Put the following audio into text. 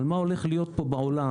על מה שהולך להיות פה בעולם,